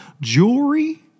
Jewelry